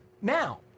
Now